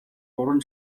гурван